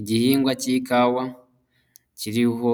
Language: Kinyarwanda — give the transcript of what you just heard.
Igihingwa cy'ikawa, kiriho